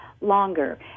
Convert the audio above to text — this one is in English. longer